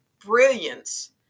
brilliance